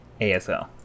ASL